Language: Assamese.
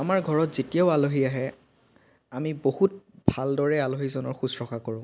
আমাৰ ঘৰত যেতিয়াও আলহী আহে আমি বহুত ভালদৰে আলহীজনৰ শুশ্ৰূষা কৰোঁ